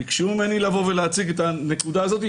ביקשו ממני לבוא ולהציג את הנקודה הזאת.